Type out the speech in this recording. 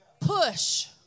Push